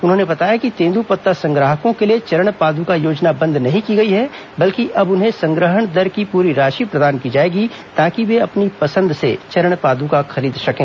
उन्होंने बताया कि तेंद्रपत्ता संग्राहकों के लिए चरण पादुका योजना बंद नहीं की गई है बल्कि अब उन्हें संग्रहण दर की पूरी राशि प्रदान की जाएगी ताकि वे अपनी पसंद से चरणपादुका खरीद सकें